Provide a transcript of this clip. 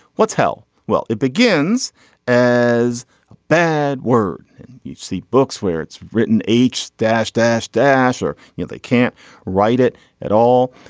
what's hell. well it begins as a bad word and you see books where it's written. h dash dash dash are you. they can't write it at all.